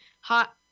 hot